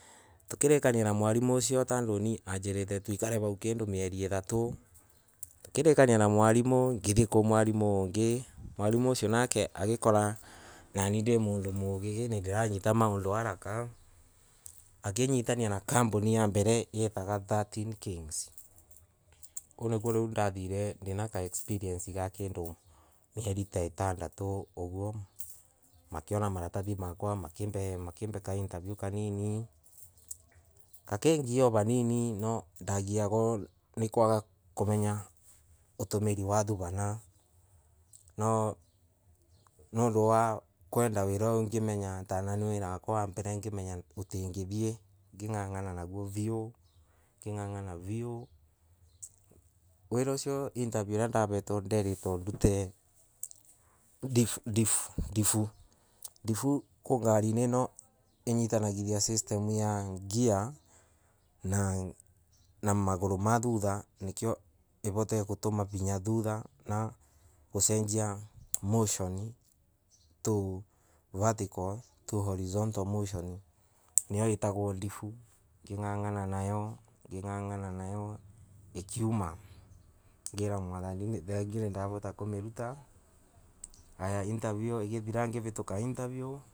Tukirikana na mwalimu ucio tondu ambirite mbikare vau kindu mieli ithatu tukirikania ngithie kwi mwalimu wingi nake mwalimu ucio akiona ni mundu muugi ati nidira nyida maundu haraka akinyitania na kampuni ya mbele yeetagwa Thirteen Kings kou nikuo nathire nina experience ya kindu mieli ta itandatu makiona maratothi makwa na makima ka interview kanini gakingia kanini no nagiagwa ni kwaga kumenja utumiri wa thubana no ngingagana viu, wira uao ndavetwe wa interview wari kuruda difu ngarini ino ya kunyitithania system ya gear na maguru mathutha ivote gutuma vinga vurea na ivote kusendia motion ta to horizontal motion nio itagwa ditu niyo itagwo difu ngingangana nayo ikiuma ngira mwathani ni thengiu ninavota kumeruta ngivituka interview.